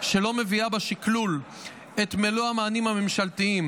שלא מביאה בשקלול את מלוא המענים הממשלתיים